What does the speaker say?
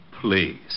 Please